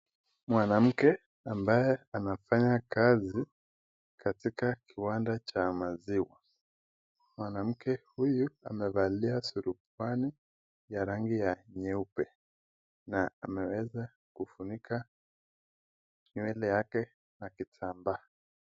Mwanamke ambaye anafanya kazi katika kiwanda cha maziwa. Mwanamke huyu amevalia surubuani ya rangi ya nyeupe na ameweza kufunika nywele yake na kitambaa.